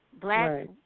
Black